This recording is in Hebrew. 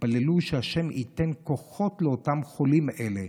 תתפללו שהשם ייתן כוחות לחולים האלה,